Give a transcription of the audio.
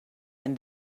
and